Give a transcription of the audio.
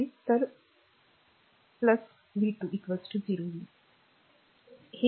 तर v 2 0